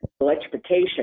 electrification